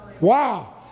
Wow